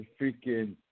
freaking